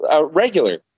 regular